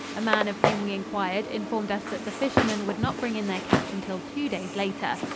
a man of whom we inquired informed us that the fishermen would not bring in their catch until two days later.